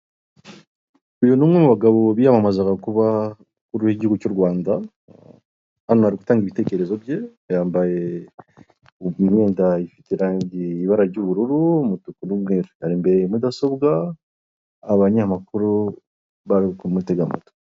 Uyu ni umwe mu bagabo biyamamazaga kuba umukuru w'igihugu cy'u Rwanda hano bari gutanga ibitekerezo bye yambaye imyenda ifite irangiye ibara ry'ubururu umutuku n'umweru arire imbere ya mudasobwa abanyamakuru bari ukumutega amatwi